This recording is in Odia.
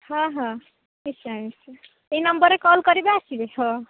ହଁ ହଁ ନିଶ୍ଚୟ ନିଶ୍ଚୟ ଏହି ନମ୍ବରରେ କଲ୍ କରିବେ ଆସିବେ ହଁ